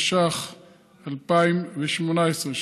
התשע"ח 2018,